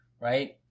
right